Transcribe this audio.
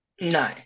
No